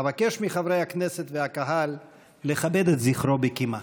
אבקש מחברי הכנסת והקהל לכבד את זכרו בקימה.